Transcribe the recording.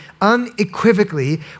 unequivocally